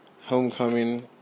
homecoming